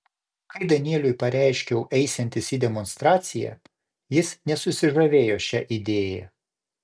kai danieliui pareiškiau eisiantis į demonstraciją jis nesusižavėjo šia idėja